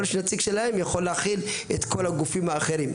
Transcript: יכול להיות שנציג שלהם יכול להכיל את כל הגופים האחרים,